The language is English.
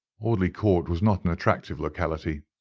audley court was not an attractive locality.